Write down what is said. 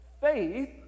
faith